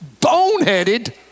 boneheaded